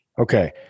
Okay